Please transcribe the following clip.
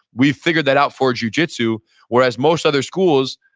we've figured that out for jujitsu whereas most other schools,